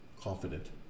confident